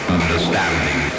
understanding